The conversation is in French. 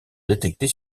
détectés